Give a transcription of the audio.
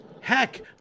Heck